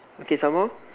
okay some more